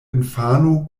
infano